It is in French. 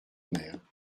mer